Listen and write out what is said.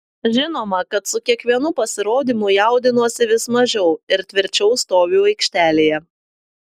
žinoma kad su kiekvienu pasirodymu jaudinuosi vis mažiau ir tvirčiau stoviu aikštelėje